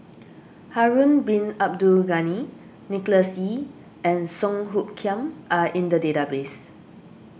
Harun Bin Abdul Ghani Nicholas Ee and Song Hoot Kiam are in the database